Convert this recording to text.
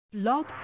Log